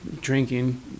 drinking